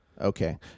Okay